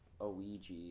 Ouija